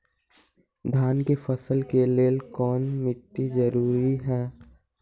धान के फसल के लेल कौन मिट्टी जरूरी है?